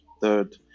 third